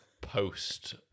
Post